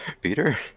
Peter